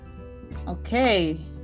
Okay